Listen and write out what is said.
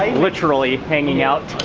literally hanging out.